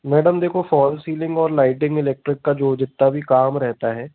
madam देखो fall ceiling और lighting electric का जो जितना भी काम रहता है